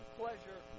pleasure